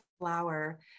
flower